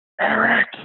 Eric